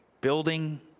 building